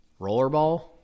rollerball